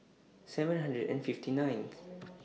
seven hundred and fifty ninth